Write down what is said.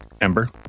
Ember